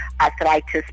arthritis